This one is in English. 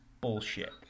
bullshit